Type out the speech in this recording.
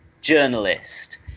journalist